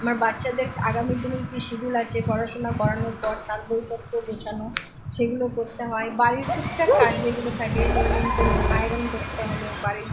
আমার বচ্চাদের আগামী দিনে কি শিডুল আছে পড়াশুনা করানোর পর তার বইপত্র গুছানো সেগুলো করতে হয় বাড়ির টুকটাক কাজ যেগুলো থাকে ধরে নিন কোনো আয়রন করতে হলো বাড়ির